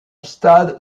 stade